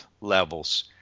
levels